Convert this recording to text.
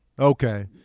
Okay